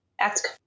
ask